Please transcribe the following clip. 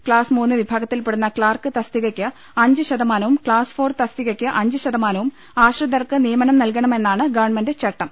class മൂന്ന് വിഭാഗത്തിൽപ്പെടുന്ന clerk തസ്തികക്ക് അഞ്ച് ശതമാനവും ക്ലാസ്സ് ഫോർ തസ്തിക്ക്ക് അഞ്ച് ശതമാനവും ആശ്രിതർക്ക് നിയമനം നൽകണം എന്നാണ് ഗവൺമെന്റ് ചട്ടം